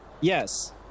Yes